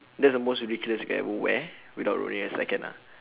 that's the most ridiculous you could ever wear without ruining the second ah